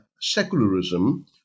secularism